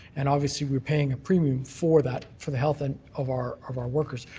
and obviously we're paying a premium for that for the health and of our of our workers,